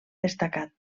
destacat